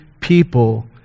people